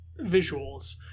visuals